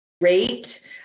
great